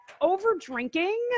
over-drinking